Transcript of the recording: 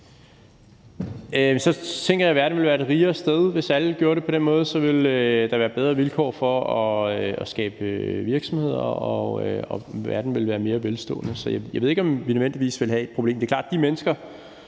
Så tænker jeg at verden ville være et rigere sted. Hvis alle gjorde det på den måde, ville der være bedre vilkår for at skabe virksomheder, og verden ville være mere velstående. Så jeg ved ikke, om vi nødvendigvis ville have et problem. Det er klart, at de mennesker,